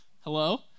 hello